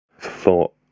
thought